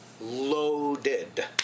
loaded